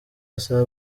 asaba